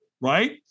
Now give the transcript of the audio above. Right